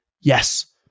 Yes